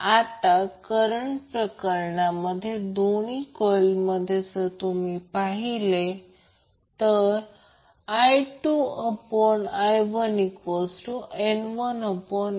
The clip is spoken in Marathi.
तर असे केले आणि सरळ केले आणि जोडले आणि सरळ केले तर ω2 ω 1ω 1 ω2 C ω2 ω 1 L 2 R मिळेल